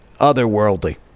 otherworldly